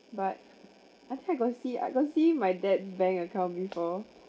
but I think I got see I got see my dad bank account before